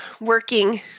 working